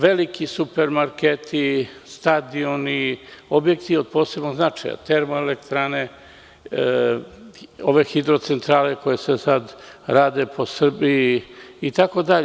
Veliki super marketi, stadioni, objekti od posebnog značaja, termoelektrane, hidrocentrale koje se sada rade po Srbiji itd.